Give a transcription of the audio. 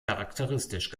charakteristisch